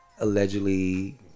allegedly